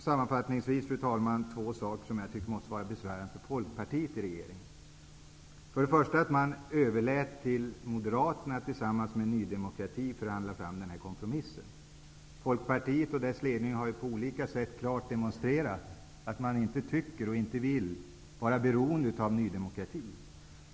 Sammanfattningsvis noterar jag två saker som jag tycker måste vara besvärande för Folkpartiet i regeringen. För det första: Man överlät till Moderaterna att tillsammans med Ny demokrati förhandla fram den här kompromissen. Folkpartiet och dess ledning har ju på olika sätt klart demonstrerat att partiet inte vill vara beroende av Ny demokrati.